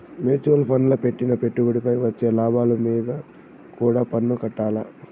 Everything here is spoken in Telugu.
మ్యూచువల్ ఫండ్ల పెట్టిన పెట్టుబడిపై వచ్చే లాభాలు మీంద కూడా పన్నుకట్టాల్ల